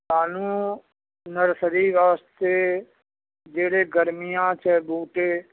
ਸਾਨੂੰ ਨਰਸਰੀ ਵਾਸਤੇ ਜਿਹੜੇ ਗਰਮੀਆਂ 'ਚ ਬੂਟੇ